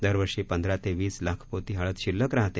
दरवर्षी पंधरा ते वीस लाख पोती हळद शिल्लक राहते